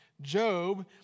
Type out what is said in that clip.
Job